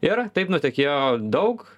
ir taip nutekėjo daug